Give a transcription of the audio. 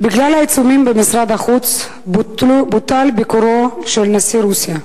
בגלל העיצומים במשרד החוץ בוטל ביקורו של נשיא רוסיה.